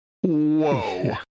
whoa